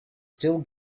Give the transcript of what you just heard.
still